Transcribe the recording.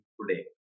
today